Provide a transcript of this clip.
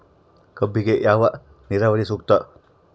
ಕಬ್ಬಿಗೆ ಯಾವ ನೇರಾವರಿ ಸೂಕ್ತ?